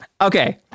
Okay